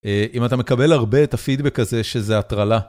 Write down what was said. אם אתה מקבל הרבה את הפידבק הזה, שזה הטרלה.